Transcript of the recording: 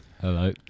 Hello